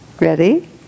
Ready